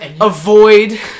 avoid